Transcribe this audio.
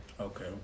okay